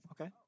Okay